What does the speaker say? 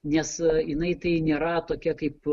nes jinai tai nėra tokia kaip